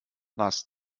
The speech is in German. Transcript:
was